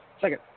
Second